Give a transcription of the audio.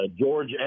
George